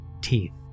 teeth